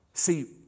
See